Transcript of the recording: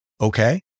okay